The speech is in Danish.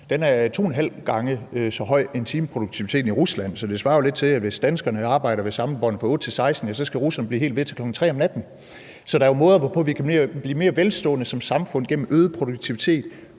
en halv gange så høj som timeproduktiviteten i Rusland, så det svarer jo lidt til, at hvis danskerne arbejder ved samlebåndet fra 8 til 16, så skal russerne blive helt ved til klokken 3 om natten. Så der er jo måder, hvorpå vi kan blive velstående som samfund gennem øget produktivitet,